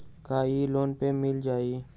का इ लोन पर मिल जाइ?